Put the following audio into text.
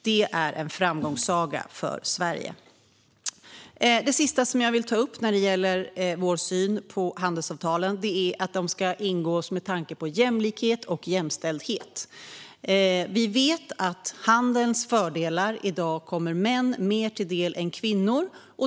Det är en framgångssaga för Sverige. Det sista jag vill ta upp när det gäller vår syn på handelsavtalen är att de ska ingås med jämlikhet och jämställdhet i åtanke. Vi vet att män i dag får större del av handelns fördelar än vad kvinnor får.